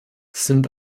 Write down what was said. sind